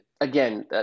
Again